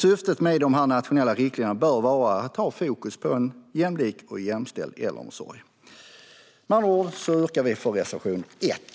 Syftet med de nationella riktlinjerna bör vara att ha fokus på en jämlik och jämställd äldreomsorg. Vi yrkar med andra ord bifall till reservation 1.